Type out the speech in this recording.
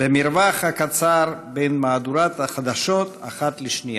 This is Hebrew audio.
במרווח הקצר בין מהדורת חדשות אחת לשנייה.